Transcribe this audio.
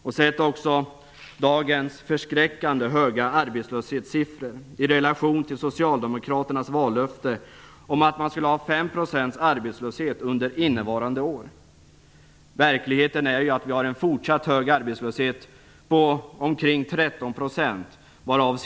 Vi har ju också sett dagens förskräckande höga arbetslöshetssiffror i relation till Socialdemokraternas vallöfte om 5 % arbetslöshet under innevarande år. Verkligheten är att vi har en fortsatt hög arbetslöshet på ca 13 %.